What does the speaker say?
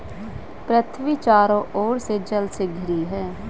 पृथ्वी चारों ओर से जल से घिरी है